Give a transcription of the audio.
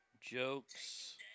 jokes